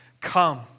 Come